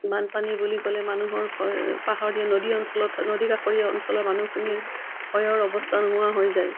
বানপানী বুলি ক'লে মানুহৰ ভয় পাহাৰীয়া নদী অঞ্চলত নদী কাষৰীয়া অঞ্চলৰ মানুহখিনিৰ ভয়ৰ অৱস্থা নোহোৱা হৈ যায়